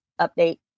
update